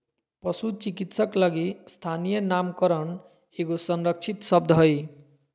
पशु चिकित्सक लगी स्थानीय नामकरण एगो संरक्षित शब्द हइ